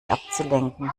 abzulenken